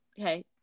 Okay